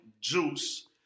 juice